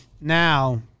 Now